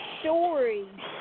story